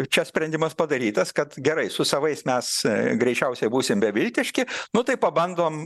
čia sprendimas padarytas kad gerai su savais mes greičiausiai būsim beviltiški nu tai pabandom